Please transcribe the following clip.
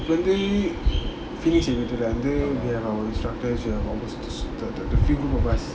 வந்து:vandhu we have our instructors we have our the the the few group of us